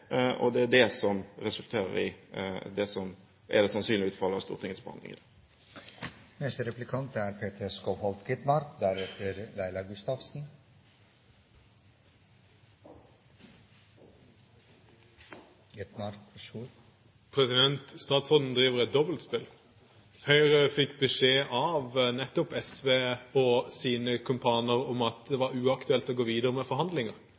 og det er det som resulterer i det som sannsynligvis er utfallet av Stortingets behandling i dag. Statsråden driver et dobbeltspill. Høyre fikk beskjed av nettopp SV og deres kumpaner om at det var uaktuelt å gå videre med forhandlinger,